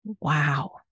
Wow